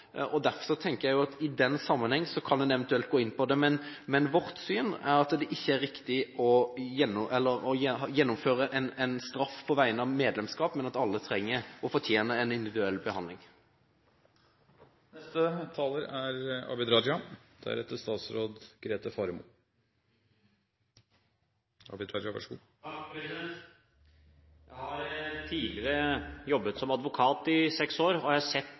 og derfor tenker jeg at i den sammenheng kan en eventuelt gå inn på det. Men vårt syn er at det ikke er riktig å gjennomføre en straff på grunnlag av medlemskap, fordi alle fortjener en individuell behandling. Jeg har tidligere jobbet som advokat i seks år og har sett